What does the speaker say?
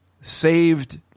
saved